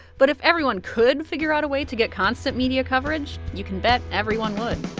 but if everyone could figure out a way to get constant media coverage, you can bet everyone would